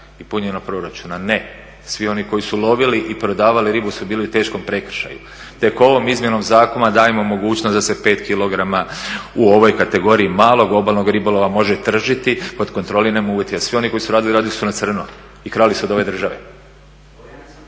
i punjenju proračuna, ne, svi oni koji su lovili i prodavali ribu su bili u teškom prekršaju. Tek ovom izmjenom zakona dajemo mogućnost da se 5kg u ovoj kategoriji malog obalnog ribolova može tržiti pod kontroliranim uvjetima. Svi oni koji su radili, radili su na crno i krali su od ove države.